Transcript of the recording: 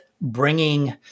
bringing